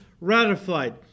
ratified